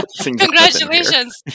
Congratulations